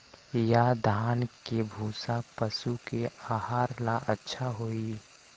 या धान के भूसा पशु के आहार ला अच्छा होई?